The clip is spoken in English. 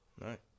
Right